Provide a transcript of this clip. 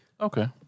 Okay